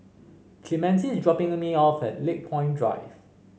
Clemente is dropping me off at Lakepoint Drive